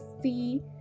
see